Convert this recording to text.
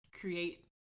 create